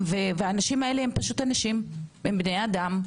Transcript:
האנשים האלה הם בני אדם,